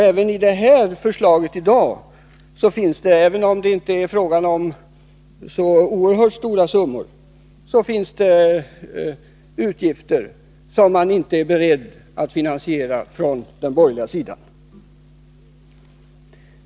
Även förslaget i dag medför, även om det inte är fråga om så oerhört stora summor, inom socialutskottets område utgifter som man från den borgerliga sidan inte är beredd att finansiera.